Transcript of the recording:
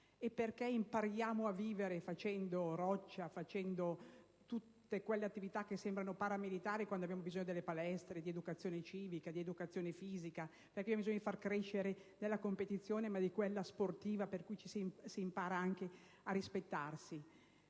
E perché mai impariamo a vivere facendo roccia e tutte quelle attività che sembrano paramilitari quando, invece, abbiamo bisogno di palestre, di educazione civica, di educazione fisica: bisogna far crescere nella competizione, ma in quella sportiva, che insegna anche a rispettarsi.